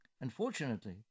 Unfortunately